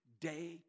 day